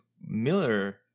Miller